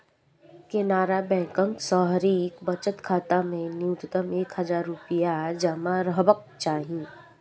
केनरा बैंकक शहरी बचत खाता मे न्यूनतम एक हजार रुपैया जमा रहबाक चाही